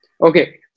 Okay